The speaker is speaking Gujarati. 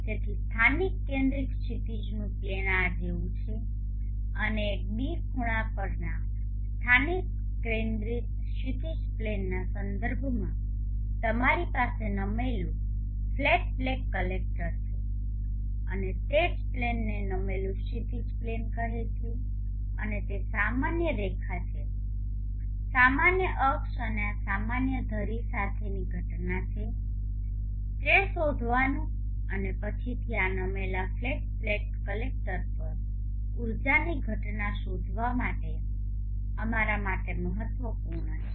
તેથી સ્થાનિક કેન્દ્રિત ક્ષિતિજનું પ્લેન આ જેવું છે અને એક ß ખૂણા પરના સ્થાનિક કેન્દ્રિત ક્ષિતિજ પ્લેનના સંદર્ભમાં તમારી પાસે નમેલું ફ્લેટ પ્લેટ કલેક્ટર છે અને તે જ પ્લેનને નમેલું ક્ષિતિજ પ્લેન કહે છે અને તે સામાન્ય રેખા છે સામાન્ય અક્ષ અને આ સામાન્ય ધરી સાથેની ઘટના છે તે શોધવાનું અને પછીથી આ નમેલા ફ્લેટ પ્લેટ કલેક્ટર પર ઉર્જાની ઘટના શોધવા માટે અમારા માટે મહત્વપૂર્ણ છે